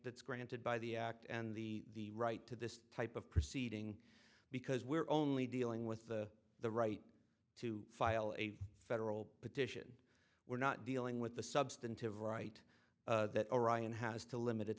that's granted by the act and the right to this type of proceeding because we're only dealing with the the right to file a federal petition we're not dealing with the substantive right that orion has to limit